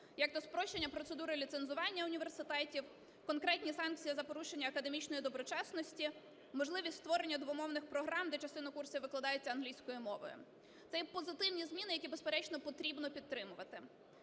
як то спрощення процедури ліцензування університетів, конкретні санкції за порушення академічної доброчесності, можливість створення двомовних програм, де частина курсів викладається англійською мовою. Це є позитивні зміни, які, безперечно, потрібно підтримувати.